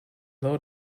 low